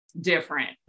different